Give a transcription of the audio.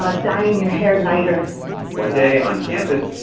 ah dyeing your hair lighter one day on campus,